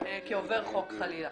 מיותר לחלוטין.